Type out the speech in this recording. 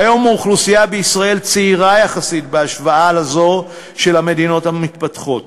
כיום האוכלוסייה בישראל צעירה יחסית בהשוואה לזו של המדינות המפותחות,